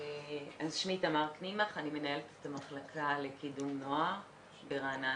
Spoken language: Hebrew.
אני מנהלת את המחלקה לקידום נוער ברעננה.